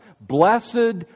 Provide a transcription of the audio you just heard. Blessed